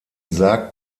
sagt